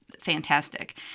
fantastic